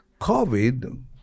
COVID